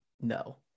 no